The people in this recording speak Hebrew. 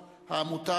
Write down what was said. אתה עוסק